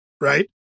right